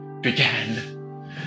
began